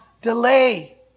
delay